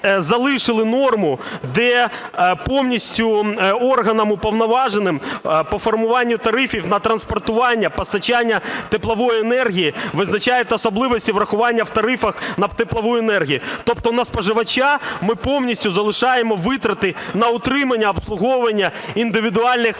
залишили норму, де повністю органам уповноваженим по формуванню тарифів на транспортування постачання теплової енергії визначають особливості врахування в тарифах на теплову енергію. Тобто на споживача ми повністю залишаємо витрати на утримання обслуговування індивідуальних